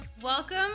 Welcome